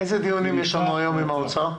איזה דיונים יש לנו היום עם האוצר?